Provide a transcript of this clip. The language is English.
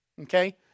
okay